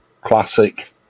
classic